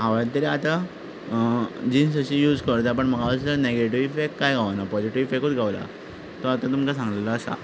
हांवें तरी आतां जिन्स अशी यूज करतां पूण म्हाका आजून नॅगिटिव्ह इफेक्ट कांय गावूना पोझिटिव्ह इफेक्टूच गावला तो आतां तुमकां सांगिल्लो आसा